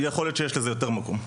כול להיות שיש לזה יותר מקום.